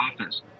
office